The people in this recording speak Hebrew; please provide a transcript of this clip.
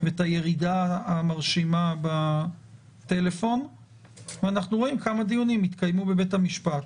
ואת הירידה המרשימה בטלפון ואנחנו רואים כמה דיונים התקיימו בבית המשפט.